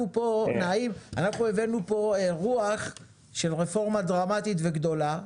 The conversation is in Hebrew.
אז אנחנו הבאנו פה רוח של רפורמה דרמטית וגדולה,